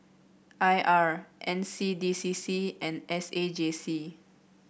I R N C D C C and S A J C